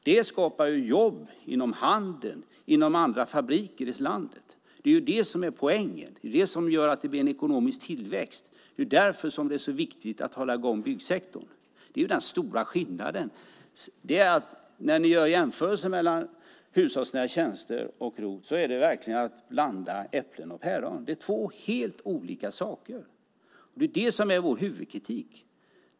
Det skapar jobb inom handeln och fabriker i landet. Det är det som är poängen. Det är det som gör att det blir en ekonomisk tillväxt. Det är därför som det är så viktigt att hålla i gång byggsektorn. Det är den stora skillnaden. Att jämföra hushållsnära tjänster och ROT är verkligen som att blanda äpplen och päron. Det är två helt olika saker, och det är det som är vår huvudkritik.